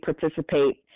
participate